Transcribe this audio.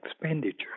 expenditure